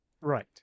Right